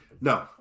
No